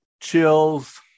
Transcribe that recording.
chills